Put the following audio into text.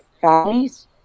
families